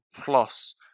PLUS